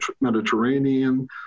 Mediterranean